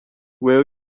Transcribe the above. will